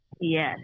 Yes